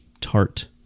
tart